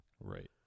Right